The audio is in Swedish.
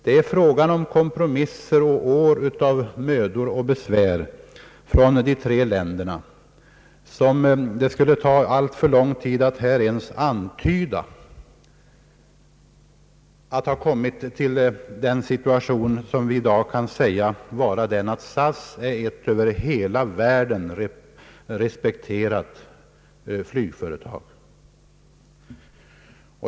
Det har krävt många kompromisser och år av mödor och besvär från de tre ländernas sida, som det skulle ta alltför lång tid att här ens antyda, innan vi kommit fram till den situation där vi är i dag, då SAS är ett över hela världen respekterat flygföretag.